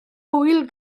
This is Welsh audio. hwyl